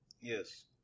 Yes